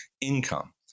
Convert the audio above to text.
income